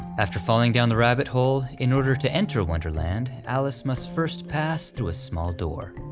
after falling down the rabbit hole, in order to enter wonderland, alice must first pass through a small door.